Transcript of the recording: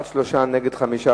הצבעה.